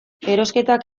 erosketak